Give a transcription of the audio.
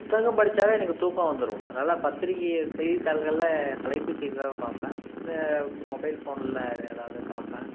புத்தகம் படிச்சாலே எனக்குத் தூக்கம் வந்துடும் அதனால பத்திரிக்கையை செய்தித்தாள்களில் தலைப்புச் செய்திகளை தான் பார்ப்பேன் இந்த மொபைல் ஃபோனில் எது ஏதாவுது பார்ப்பேன்